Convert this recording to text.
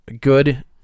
good